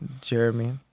Jeremy